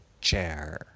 chair